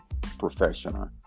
professional